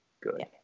Good